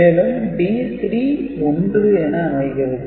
மேலும் D3 1 என அமைகிறது